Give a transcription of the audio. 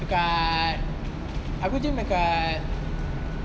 dekat aku gym dekat